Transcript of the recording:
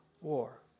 war